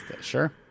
sure